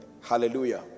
hallelujah